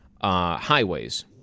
highways